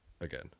again